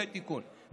יהיה תיקון,